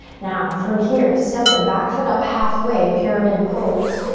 now from here, step the back foot up halfway, pyramid pose.